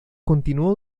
continuó